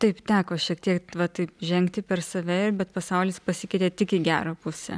taip teko šiek tiek va taip žengti per save bet pasaulis pasikeitė tik į gerą pusę